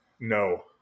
No